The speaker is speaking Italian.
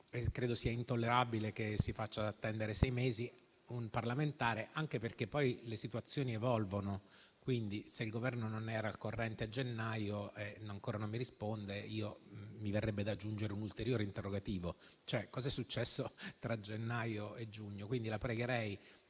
Credo sia intollerabile far attendere sei mesi un parlamentare, anche perché poi le situazioni evolvono, quindi, se il Governo non ne era al corrente a gennaio e ancora non mi risponde, mi verrebbe da aggiungere un ulteriore interrogativo: cos'è successo tra gennaio e giugno? La pregherei